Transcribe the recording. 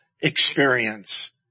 experience